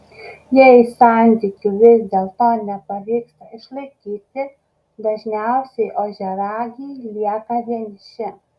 jei santykių vis dėlto nepavyksta išlaikyti dažniausiai ožiaragiai lieka vieniši